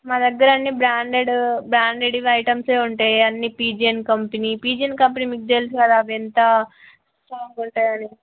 మా దగ్గర అన్ని బ్రాండెడ్ బ్రాండెడ్వి ఐటమ్సే ఉంటాయి అన్ని P G N company P G N company మీకు తెలుసు కదా అవి ఎంత స్ట్రాంగ్ ఉంటాయని